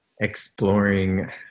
exploring